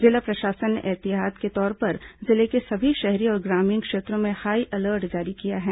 जिला प्रशासन ने एहतियात के तौर पर जिले के सभी शहरी और ग्रामीण क्षेत्रों में हाई अलर्ट जारी किया है